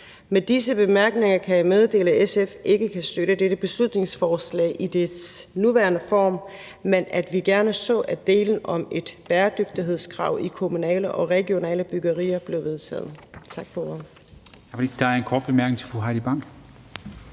Med disse bemærkninger kan jeg meddele, at SF ikke kan støtte dette beslutningsforslag i dets nuværende form, men at vi gerne så, at delen om et bæredygtighedskrav i kommunale og regionale byggerier blev vedtaget. Tak for ordet.